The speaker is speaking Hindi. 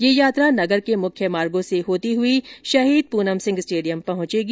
ये यात्रा नगर के मुख्य मार्गो से होती हुई शहीद पूनमसिंह स्टेडियम पहुंचेगी